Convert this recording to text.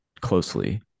closely